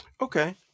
Okay